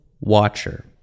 watcher